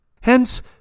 Hence